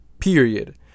Period